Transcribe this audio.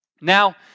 Now